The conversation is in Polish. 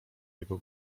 jego